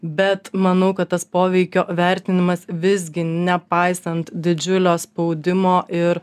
bet manau kad tas poveikio vertinimas visgi nepaisant didžiulio spaudimo ir